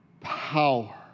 power